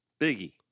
Biggie